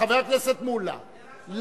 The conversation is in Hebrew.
חבר הכנסת מולה,